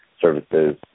services